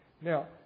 Now